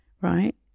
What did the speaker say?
right